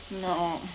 No